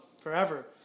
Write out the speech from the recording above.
forever